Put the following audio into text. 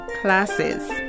classes